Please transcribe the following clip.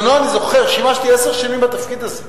אני זוכר, שימשתי עשר שנים בתפקיד הזה,